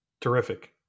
Terrific